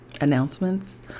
announcements